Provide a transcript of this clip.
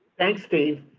thanks, dave.